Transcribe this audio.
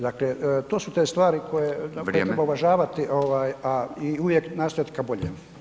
Dakle, to su te stvari koje trebamo uvažavati [[Upadica: Vrijeme.]] a i uvijek nastojati ka boljem.